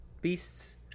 beasts